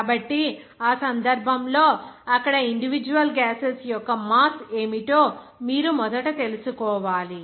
కాబట్టి ఆ సందర్భంలో అక్కడ ఇండివిడ్యువల్ గ్యాసెస్ యొక్క మాస్ ఏమిటో మీరు మొదట తెలుసుకోవాలి